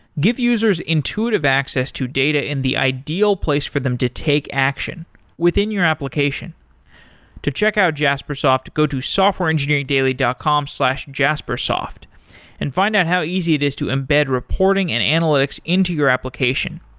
give users intuitive access to data in the ideal place for them to take action within your application to check out jaspersoft, go to softwareengineeringdaily dot com slash jaspersoft and find out how easy it is to embed reporting and analytics into your application.